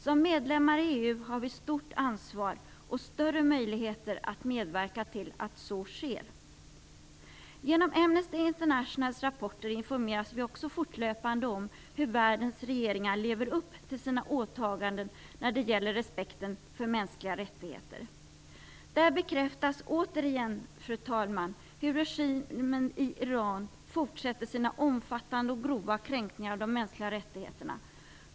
Som medlemmar i EU har vi ett stort ansvar och större möjligheter att medverka till att så sker. Genom Amnesty Internationals rapporter informeras vi också fortlöpande om hur världens regeringar lever upp till sina åtaganden när det gäller respekten för mänskliga rättigheter. Där bekräftas återigen, fru talman, hur regimen i Iran fortsätter sina omfattande och grova kränkningar av de mänskliga rättigheterna.